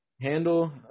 Handle